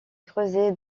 creusée